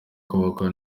kubakwa